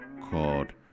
called